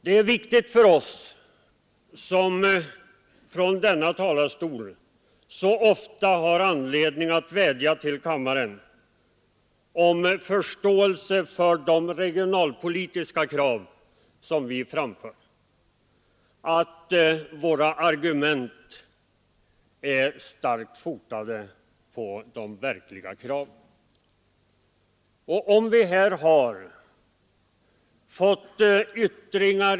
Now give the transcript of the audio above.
Det är viktigt för oss, som från denna talarstol så ofta har anledning att vädja till kammaren om förståelse för de regionalpolitiska krav som vi framför, att våra argument är starkt fotade i verkligheten.